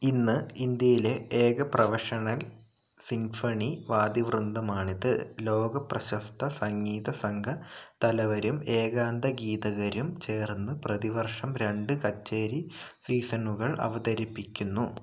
ഇന്ന് ഇന്ത്യയിലെ ഏക പ്രൊഫഷണൽ സിംഫണി വാദ്യ വൃന്ദമാണിത് ലോക പ്രശസ്ത സംഗീത സംഘ തലവരും ഏകാന്ത ഗീതകരും ചേർന്ന് പ്രതിവർഷം രണ്ട് കച്ചേരി സീസണുകൾ അവതരിപ്പിക്കുന്നു